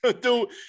Dude